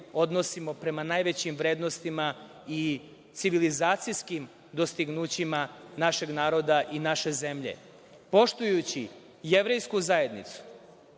odnosimo prema najvećim vrednostima i civilizacijskim dostignućima našeg naroda i naše zemlje. Poštujući Jevrejsku zajednicu,